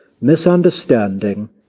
misunderstanding